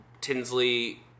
Tinsley